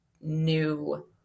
new